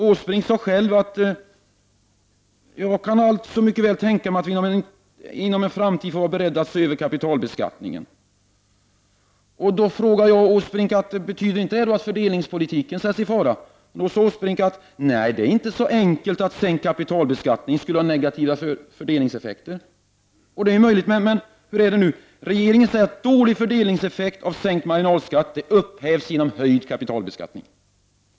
Åsbrink sade själv att han kunde tänka sig att vi i en framtid får vara beredda att se över kapitalbeskattningen, dvs. sänka den. Då frågade jag Åsbrink: Betyder det då inte att fördelningspolitiken sätts i fara? Då svarade Åsbrink: Nej, det är inte så enkelt att sänkt kapitalbeskattning skulle ha negativa fördelningseffekter. Det är ju möjligt, men hur är det då? Regeringen säger att dålig fördelningseffekt av sänkt marginalskatt upphävs genom höjd kapitalbeskattning.